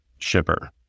Shipper